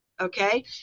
okay